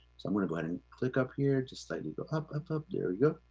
so i'm gonna go ahead and click up here. just slightly go up, up, up. there you go.